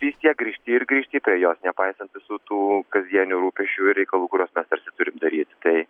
vis tiek grįžti ir grįžti prie jos nepaisant visų tų kasdienių rūpesčių ir reikalų kuriuos mes tarsi turim daryti tai